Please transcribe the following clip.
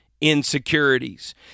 insecurities